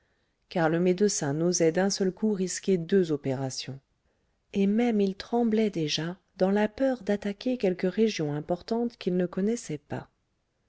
car le médecin n'osait d'un seul coup risquer deux opérations et même il tremblait déjà dans la peur d'attaquer quelque région importante qu'il ne connaissait pas